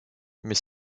mais